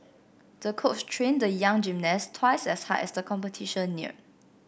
the coach trained the young gymnast twice as hard as the competition neared